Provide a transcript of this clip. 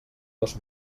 dos